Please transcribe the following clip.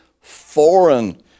foreign